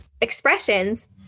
expressions